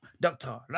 Doctor